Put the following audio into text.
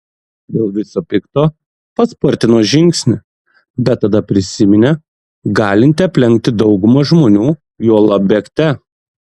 dėl viso pikto paspartino žingsnį bet tada prisiminė galinti aplenkti daugumą žmonių juolab bėgte